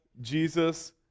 Jesus